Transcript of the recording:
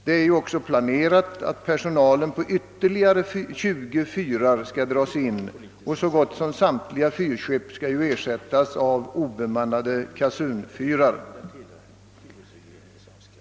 Det är planerat att personalen på ytterligare 20 fyrar skall dras in och att så gott som samtliga fyrskepp skall ersättas av obemannade kasunfyrar.